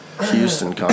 Houston